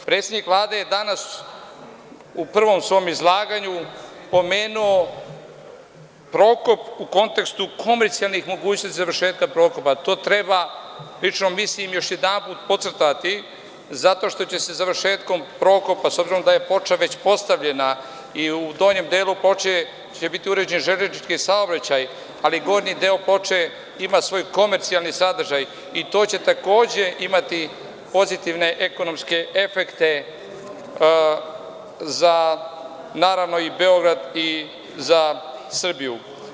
Predsednik Vlade je danas u prvom svom izlaganju pomenuo Prokop u kontekstu komercijalnih mogućnosti završetka Prokopa, a ja lično mislim da to treba još jednom podcrtati, zato što će se završetkom Prokopa, s obzirom da je ploča već postavljena i u donjem delu ploče će biti urađen železnički saobraćaj, ali gornji deo ploče ima svoj komercijalni sadržaj i to će takođe imati pozitivne ekonomske efekte za Beograd i za Srbiju.